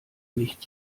nicht